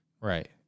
right